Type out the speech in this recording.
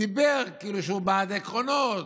דיבר כאילו שהוא בעד עקרונות,